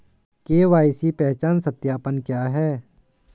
KYC पहचान सत्यापन क्या है?